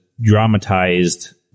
dramatized